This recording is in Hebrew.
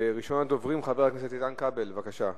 ראשון הדוברים, חבר הכנסת איתן כבל, בבקשה.